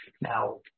Now